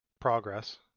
progress